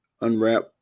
Unwrap